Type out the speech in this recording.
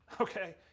okay